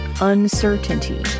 uncertainty